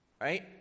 Right